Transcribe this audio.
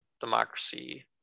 democracy